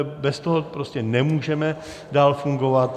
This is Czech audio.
Bez toho prostě nemůžeme dál fungovat.